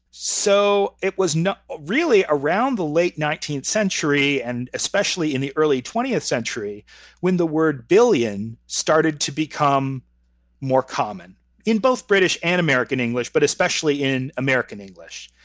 so it was ah really around the late nineteenth century and especially in the early twentieth century when the word billion started to become more common in both british and american english, but especially in american english,